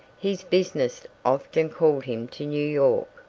his business often called him to new york,